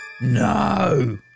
No